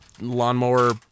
lawnmower